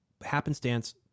Happenstance